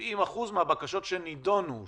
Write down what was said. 70% מהבקשות שנידונו אושרו.